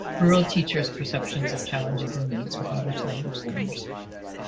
rural teachers' perceptions of challenges and needs with english language learners.